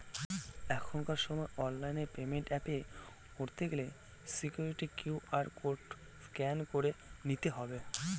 এখনকার সময় online payment এ পে করতে গেলে সিকুইরিটি কিউ.আর কোড স্ক্যান করে নিতে হবে